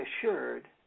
assured